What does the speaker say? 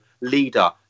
leader